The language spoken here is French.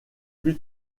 plus